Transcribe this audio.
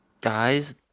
Guys